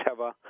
Teva